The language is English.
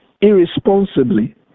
irresponsibly